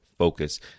focus